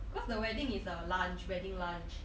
because the wedding is a lunch wedding lunch